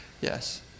Yes